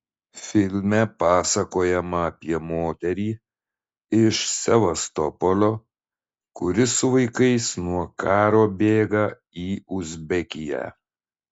filme pasakojama apie moterį iš sevastopolio kuri su vaikais nuo karo bėga į uzbekiją